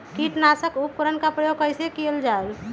किटनाशक उपकरन का प्रयोग कइसे कियल जाल?